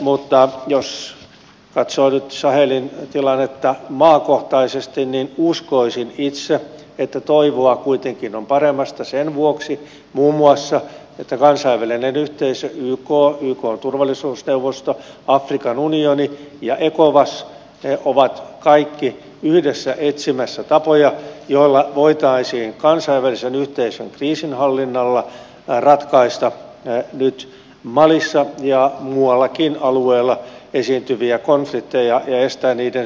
mutta jos katsoo nyt sahelin tilannetta maakohtaisesti niin uskoisin itse että toivoa kuitenkin on paremmasta sen vuoksi muun muassa että kansainvälinen yhteisö yk ykn turvallisuusneuvosto afrikan unioni ja ecowas ovat kaikki yhdessä etsimässä tapoja joilla voitaisiin kansainvälisen yhteisön kriisinhallinnalla ratkaista nyt malissa ja muillakin alueilla esiintyviä konflikteja ja estää niiden syvenemistä